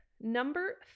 number